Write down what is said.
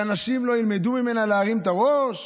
שאנשים לא ילמדו ממנה להרים את הראש,